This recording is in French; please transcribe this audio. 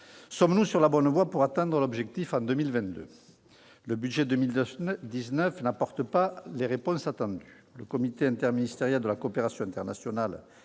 Sommes-nous sur la bonne voie pour atteindre l'objectif de 2022 ? Le budget pour 2019 n'apporte pas les réponses attendues. Le comité interministériel de la coopération internationale